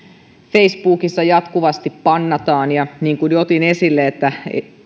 facebookissa jatkuvasti bannataan ja kuten jo otin esille